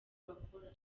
bakora